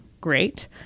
great